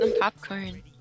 Popcorn